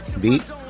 beat